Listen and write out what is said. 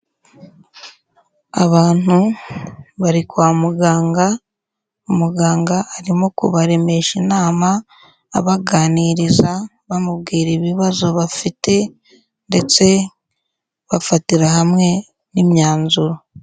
Abantu bari kwa muganga, umuganga arimo kubaremesha inama abaganiriza bamubwira ibibazo bafite ndetse bafatira hamwe n'imyanzuro.